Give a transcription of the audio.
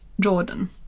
Jordan